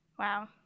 Wow